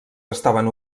estaven